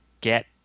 get